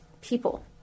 people